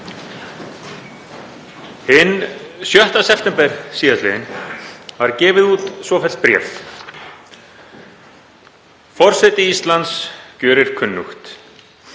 Hinn 6. september síðastliðinn var gefið út svofellt bréf: „Forseti Íslands gjörir kunnugt: